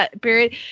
period